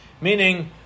Meaning